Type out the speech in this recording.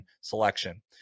selection